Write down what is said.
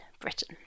Britain